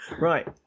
Right